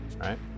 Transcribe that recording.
right